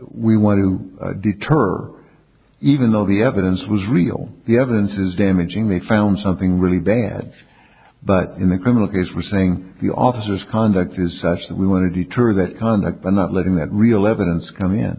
we want to deter even though the evidence was real the evidence is damaging they found something really bad but in the criminal case were saying the office conduct is such that we want to deter that conduct by not letting that real evidence come in